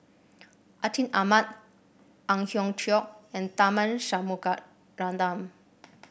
Atin Amat Ang Hiong Chiok and Tharman Shanmugaratnam